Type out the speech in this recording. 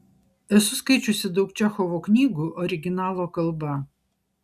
esu skaičiusi daug čechovo knygų originalo kalba